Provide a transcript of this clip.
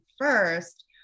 first